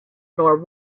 nor